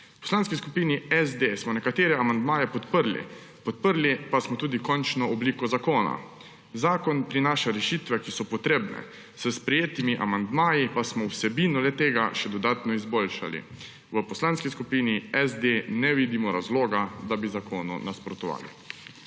V Poslanski skupni SD smo nekatere amandmaje podprli, podprli pa smo tudi končno obliko zakona. Zakon prinaša rešitve, ki so potrebne, s sprejetimi amandmaji pa smo vsebino le-tega še dodatno izboljšali. V Poslanski skupini SD ne vidimo razloga, da bi zakonu nasprotovali.